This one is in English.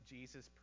Jesus